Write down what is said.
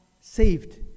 saved